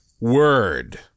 word